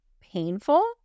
painful